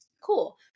Cool